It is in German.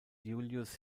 iulius